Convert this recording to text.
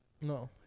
No